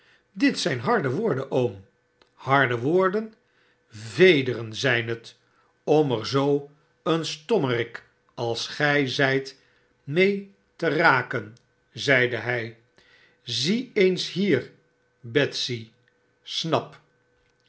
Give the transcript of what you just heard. dit zijn harde woorden oom harde woorden vederen zijn het om er zoo een stommerik als gij zijt mee te raken zeide hij zie eens hier betsy snap